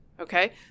okay